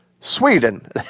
Sweden